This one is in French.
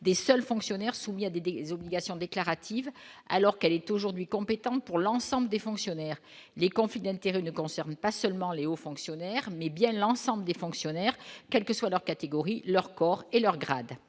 des seuls fonctionnaires soumis à des des obligations déclaratives, alors qu'elle est aujourd'hui compétente pour l'ensemble des fonctionnaires les confiner intérêt ne concerne pas seulement Les aux fonctionnaires mais bien l'ensemble des fonctionnaires, quel que soit leur catégorie leur corps et leur grade